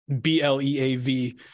B-L-E-A-V